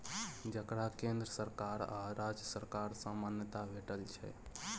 जकरा केंद्र सरकार आ राज्य सरकार सँ मान्यता भेटल छै